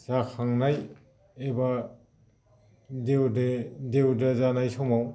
जाखांनाय एबा देवदा देवदा जानाय समाव